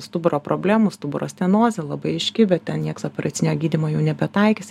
stuburo problemų stuburo stenozė labai aiški bet ten nieks operacinio gydymo jau nebetaikys